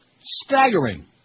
Staggering